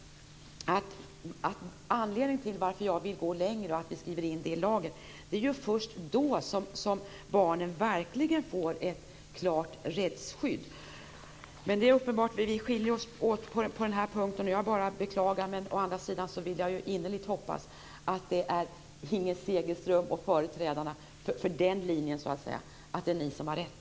Anledningen till att jag vill gå längre och skriva in detta i lagen är dock att det är först då som barnen verkligen får ett klart rättsskydd. Men det är uppenbart att vi skiljer oss åt på den här punkten. Jag kan bara beklaga det, men samtidigt vill jag innerligt hoppas att det är Inger Segelström och företrädarna för hennes linje som har rätt.